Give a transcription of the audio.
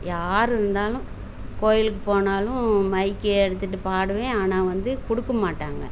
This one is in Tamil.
யார் இருந்தாலும் கோயிலுக்கு போனாலும் மைக்கை எடுத்துட்டு பாடுவேன் ஆனால் வந்து கொடுக்க மாட்டாங்க